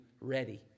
ready